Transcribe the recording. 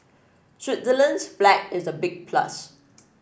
Switzerland's flag is a big plus